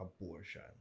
Abortion